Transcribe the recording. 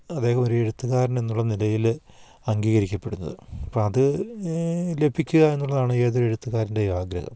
അദ്ദേഹം ഒരു എഴുത്തുകാരൻ എന്നുള്ള നിലയിൽ അംഗീകരിക്കപ്പെടുന്നത് അപ്പം അത് ലഭിക്കുക എന്നുള്ളതാണ് ഏതൊരു എഴുത്തുകാരൻ്റെയും ആഗ്രഹം